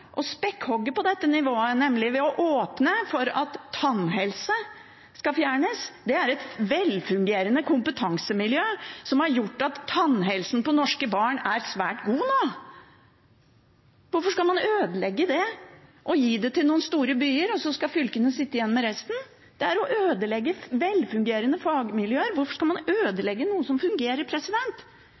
å «spekkhogge» på dette nivået, nemlig ved å åpne for at tannhelse skal fjernes. Det er et velfungerende kompetansemiljø som har gjort at tannhelsen hos norske barn er svært god nå. Hvorfor skal man ødelegge det og gi det til noen store byer, og så skal fylkene sitte igjen med resten? Det er å ødelegge velfungerende fagmiljøer. Hvorfor skal man ødelegge noe som fungerer?